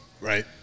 Right